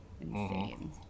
insane